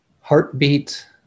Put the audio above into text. heartbeat